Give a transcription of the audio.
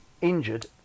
injured